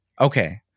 okay